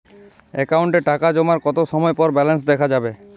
অ্যাকাউন্টে টাকা জমার কতো সময় পর ব্যালেন্স দেখা যাবে?